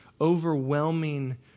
overwhelming